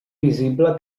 visible